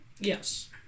Yes